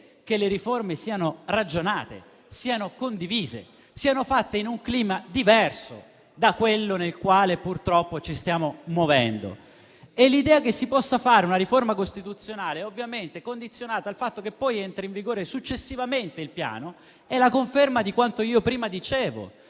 che le riforme siano ragionate, condivise, siano fatte in un clima diverso da quello nel quale purtroppo ci stiamo muovendo. L'idea che si possa fare una riforma costituzionale, ovviamente condizionata dal fatto che poi entrerà in vigore successivamente il piano, è la conferma di quanto io prima dicevo,